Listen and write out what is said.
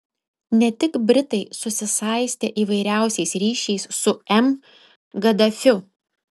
ne tik britai susisaistė įvairiausiais ryšiais su m gaddafiu